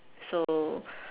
so